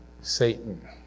Satan